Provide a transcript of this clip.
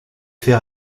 fait